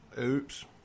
Oops